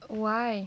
why